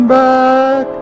back